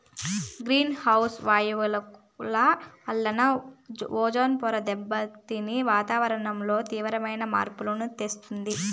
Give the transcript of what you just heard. green house వాయువుల వలన ozone పొర దెబ్బతిని వాతావరణంలో తీవ్రమైన మార్పులను తెస్తుంది